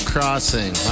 Crossing